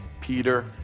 Peter